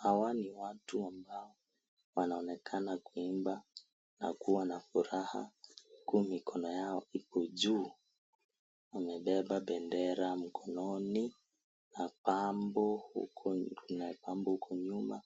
Hawa ni watu ambao wanaonekana kuimba na kuwa na furaha huku mikono yao iko juu, wamebeba bendera mkononi, na pambo huku, na pambo huku nyuma